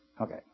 Okay